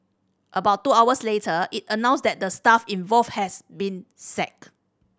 about two hours later it announced that the staff involved has been sacked